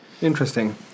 Interesting